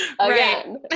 again